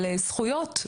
על זכויות,